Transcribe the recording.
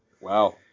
Wow